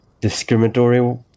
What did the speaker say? discriminatory